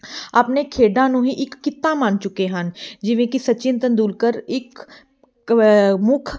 ਆਪਣੇ ਖੇਡਾਂ ਨੂੰ ਹੀ ਇੱਕ ਕਿੱਤਾ ਮੰਨ ਚੁੱਕੇ ਹਨ ਜਿਵੇਂ ਕਿ ਸਚਿਨ ਤੇਂਦੁਲਕਰ ਇੱਕ ਕ ਮੁੱਖ